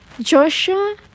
Joshua